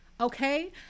okay